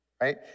right